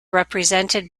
represented